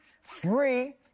free